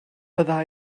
bydda